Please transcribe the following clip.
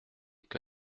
que